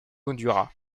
honduras